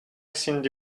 cyndi